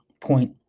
point